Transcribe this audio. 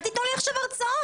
אל תתנו לי עכשיו הרצאות.